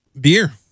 Beer